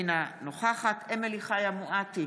אינה נוכחת אמילי חיה מואטי,